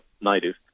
native